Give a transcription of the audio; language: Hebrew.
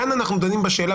כאן אנחנו דנים בשאלה,